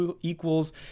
equals